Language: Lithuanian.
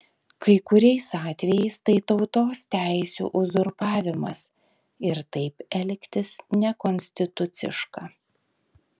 kai kuriais atvejais tai tautos teisių uzurpavimas ir taip elgtis nekonstituciška